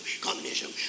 Communism